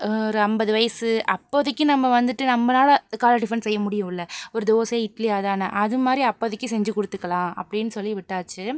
ஒரு அம்பது வயசு அப்போதைக்கு நம்ம வந்துட்டு நம்பளால் காலை டிஃபன் செய்ய முடியுமில்ல ஒரு தோசை இட்லி அதுதானே அது மாதிரி அப்போதைக்கு செஞ்சு கொடுத்துக்குலாம் அப்படின்னு சொல்லி விட்டாச்சு